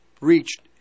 reached